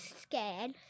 scared